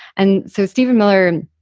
and so, steven miller,